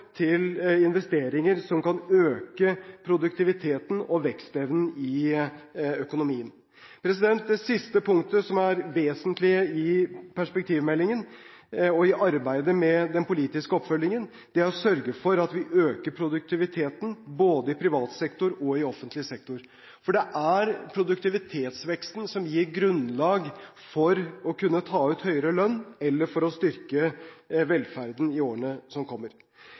til investeringer som kan øke produktiviteten og vekstevnen i økonomien. Det siste punktet – som er vesentlig i perspektivmeldingen og i arbeidet med den politiske oppfølgingen – er å sørge for at vi øker produktiviteten både i privat sektor og i offentlig sektor. For det er produktivitetsveksten som gir grunnlag for å kunne ta ut høyere lønn, eller for å styrke velferden i årene som kommer.